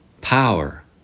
power